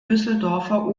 düsseldorfer